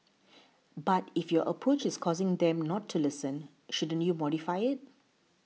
but if your approach is causing them to not listen shouldn't you modify it